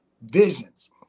visions